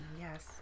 Yes